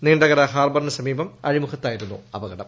നീണ്ടകര ഹാർബറിനു സമീപം അഴിമുഖത്തായിരുന്നു അപകടം